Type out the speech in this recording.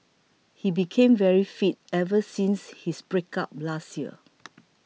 he became very fit ever since his breakup last year